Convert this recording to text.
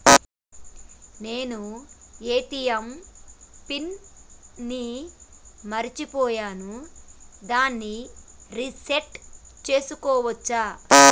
నేను ATM PIN ని మరచిపోయాను దాన్ని రీ సెట్ చేసుకోవచ్చా?